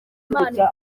imbaraga